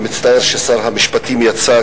אני מצטער ששר המשפטים יצא,